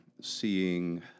seeing